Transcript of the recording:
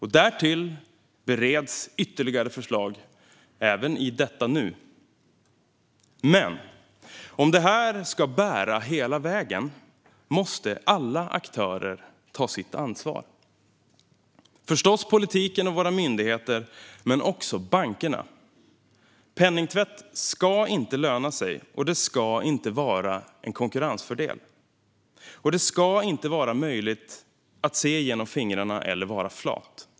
Härtill bereds ytterligare förslag, även i detta nu. Men om det här ska bära hela vägen måste alla aktörer ta sitt ansvar. Det gäller förstås politiken och våra myndigheter men också bankerna. Penningtvätt ska inte löna sig, och det ska inte vara en konkurrensfördel. Det ska inte heller vara möjligt att se genom fingrarna eller vara flat.